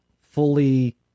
fully